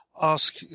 ask